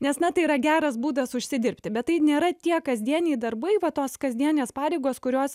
nes na tai yra geras būdas užsidirbti bet tai nėra tie kasdieniai darbai va tos kasdienės pareigos kurios